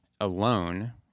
alone